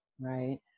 right